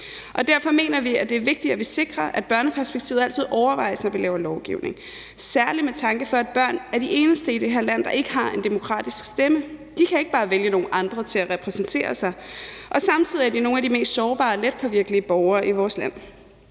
og derfor mener vi, at det er vigtigt, at vi sikrer, at børneperspektivet altid overvejes, når vi laver lovgivning. Det gælder særlig med tanke for, at børn er de eneste i det her land, der ikke har en demokratisk stemme. De kan ikke bare vælge nogle andre til at repræsentere sig, og samtidig er de nogle af de mest sårbare og letpåvirkelig borgere i vores land.